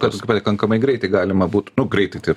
kad pakankamai greitai galima būt nu greitai tai